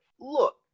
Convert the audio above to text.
look